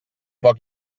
poc